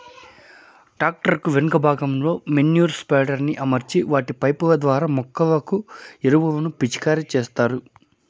tractor కు వెనుక భాగంలో మేన్యుర్ స్ప్రెడర్ ని అమర్చి వాటి పైపు ల ద్వారా మొక్కలకు ఎరువులను పిచికారి చేత్తారు